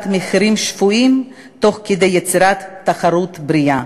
מחירים שפויים תוך כדי יצירת תחרות בריאה